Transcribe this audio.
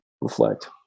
reflect